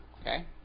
Okay